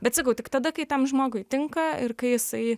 bet sakau tik tada kai tam žmogui tinka ir kai jisai